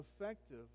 effective